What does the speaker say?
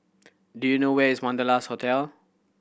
do you know where is Wanderlust Hotel